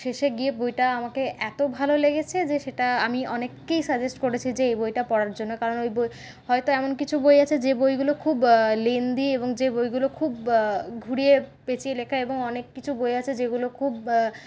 শেষে গিয়ে বইটা আমাকে এতো ভালো লেগেছে যে সেটা আমি অনেককেই সাজেস্ট করেছি যে এই বইটা পড়ার জন্য কারণ ঐ বই হয়তো এমন কিছু বই আছে যে যে বইগুলো খুব লেন্দি যে বইগুলো খুব ঘুরিয়ে পেঁচিয়ে লেখা এবং অনেক কিছু বই আছে যেগুলো খুব